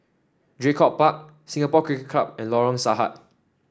Draycott Park Singapore Cricket Club and Lorong Sarhad